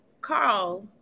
Carl